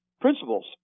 principles